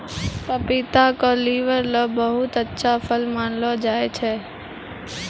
पपीता क लीवर ल बहुत अच्छा फल मानलो जाय छै